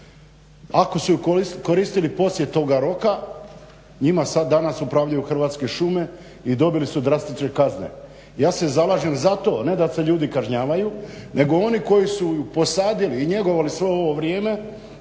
Ako su ju koristili poslije toga roka, njima sada, danas upravljaju Hrvatske šume i dobili su drastične kazne. Ja se zalažem za to a ne da se ljudi kažnjavaju nego oni koji su ju posadili i njegovali sve ovo vrijeme